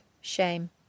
Shame